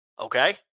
Okay